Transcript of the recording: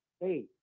Hey